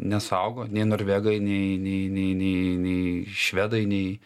nesaugo nei norvegai nei nei nei nei nei švedai nei